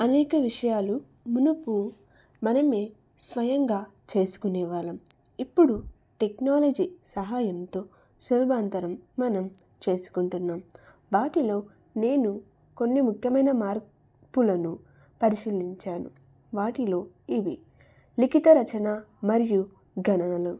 అనేక విషయాలు మునుపు మనమే స్వయంగా చేసుకునేవాళ్ళం ఇప్పుడు టెక్నాలజీ సహాయంతో సులభంతరం మనం చేసుకుంటున్నాం వాటిలో నేను కొన్ని ముఖ్యమైన మార్పులను పరిశీలించాను వాటిలో ఇవి లిఖిత రచన మరియు ఘననలు